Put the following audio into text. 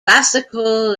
classical